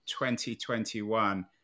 2021